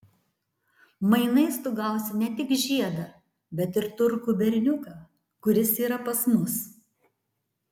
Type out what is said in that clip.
mainais tu gausi ne tik žiedą bet ir turkų berniuką kuris yra pas mus